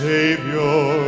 Savior